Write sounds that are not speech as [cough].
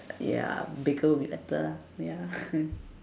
ya baker will be better lah ya [laughs]